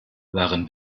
waren